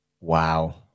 Wow